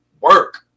Work